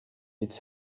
its